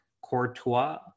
Courtois